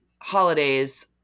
holidays